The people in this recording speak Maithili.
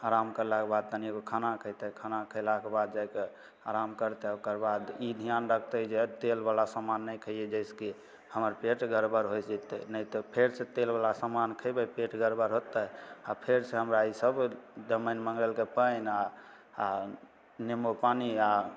आराम करलाके बाद तनिए गो खाना खयतै खाना खयलाके बाद जाइ कऽ आराम करतै ओकर बाद ई ध्यान रखतै जे तेल बला समान नहि खैयै जइसे की हमर पेट गड़बड़ होइ जेतै नहि तऽ फेर से तेल बला समान खैबै पेट गड़बड़ होयतै आ फेर से हमरा ईसब जमाइन मंगरैलके पानि आ आ नींबू पानि आ